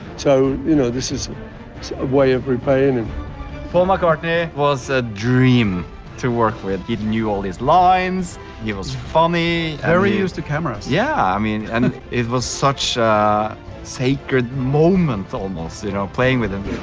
so, you know, this isn't it's a way of repaying him paul mccartney was a dream to work with it knew all his lines euros funny harry used to cameras yeah, i mean it was such a sacred moment almost, you know playing with him